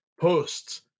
posts